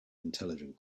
intelligent